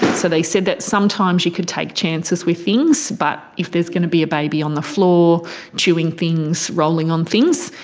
so they said that sometimes you could take chances with things but if there's going to be a baby on the floor chewing things, rolling on things,